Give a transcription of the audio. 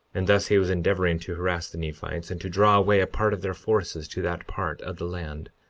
and thus he was endeavoring to harass the nephites, and to draw away a part of their forces to that part of the land,